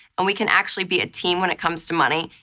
and we can actually be a team when it comes to money.